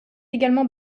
également